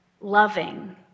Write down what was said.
loving